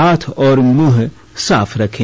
हाथ और मुंह साफ रखें